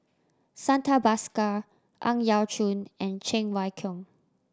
Santha Bhaskar Ang Yau Choon and Cheng Wai Keung